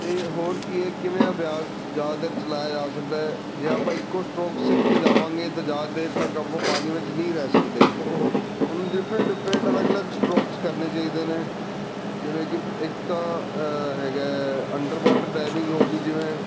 ਅਤੇ ਹੋਰ ਕੀ ਹੈ ਕਿਵੇਂ ਅਭਿਆਸ ਜ਼ਿਆਦਾਤਰ ਚਲਾਇਆ ਜਾ ਸਕਦਾ ਜਾਂ ਆਪਾਂ ਇੱਕੋ ਸਟਰੋਕ ਸਿੱਖ ਕੇ ਜਾਵਾਂਗੇ ਤਾਂ ਜ਼ਿਆਦਾ ਦੇਰ ਤੱਕ ਆਪਾਂ ਪਾਣੀ ਵਿੱਚ ਨਹੀਂ ਰਹਿ ਸਕਦੇ ਉਹਨੂੰ ਡਿਫਰੈਂਟ ਡਿਫਰੈਂਟ ਅਲੱਗ ਅਲੱਗ ਸਟਰੋਕਸ ਕਰਨੇ ਚਾਹੀਦੇ ਨੇ ਜਿਵੇਂ ਕਿ ਇੱਕ ਤਾਂ ਹੈਗਾ ਅੰਡਰ ਵਾਟਰ ਡਾਈਵਿੰਗ ਹੋ ਗਈ ਜਿਵੇਂ